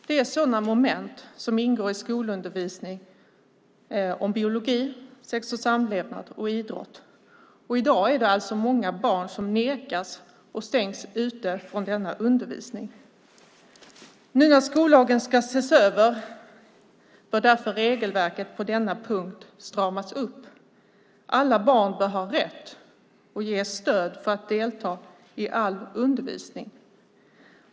Det är sådana moment som ingår i skolundervisningen, biologi, sex och samlevnad och idrott. I dag är det alltså många barn som nekas och stängs ute från denna undervisning. Nu när skollagen ska ses över bör därför regelverket på denna punkt stramas upp. Alla barn bör ha rätt och ges stöd för att delta i all undervisning.